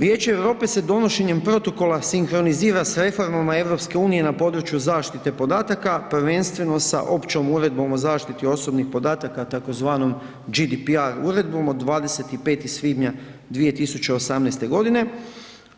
Vijeće Europe se donošenjem protokola sinkronizira s reformama EU na području zaštite podataka, prvenstveno sa Općom Uredbom o zaštiti osobnih podataka, tzv. GDPR uredbom od 25. svibnja 2018. g.,